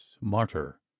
martyr